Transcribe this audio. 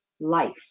life